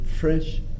fresh